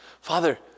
Father